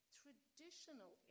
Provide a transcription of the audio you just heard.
traditional